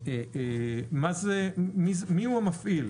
מיהו המפעיל?